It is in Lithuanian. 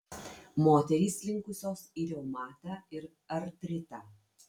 moterys linkusios į reumatą ir artritą